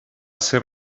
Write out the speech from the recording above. ser